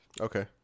Okay